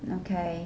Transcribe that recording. okay